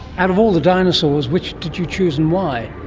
out of all the dinosaurs, which did you choose and why?